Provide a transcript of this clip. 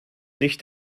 nicht